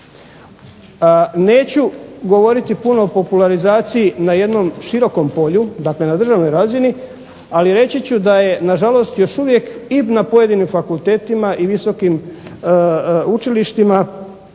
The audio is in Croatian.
Neću govoriti puno o popularizaciji na jednom širokom polju, dakle na državnoj razini. Ali reći ću da je na žalost još uvijek i na pojedinim fakultetima i visokim učilištima